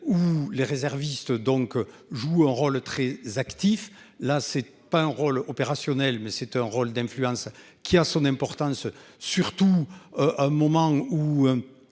ou les réservistes donc joue un rôle très actif. Là c'est pas un rôle opérationnel mais c'est un rôle d'influence qui a son importance surtout. À un moment où.